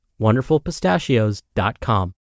WonderfulPistachios.com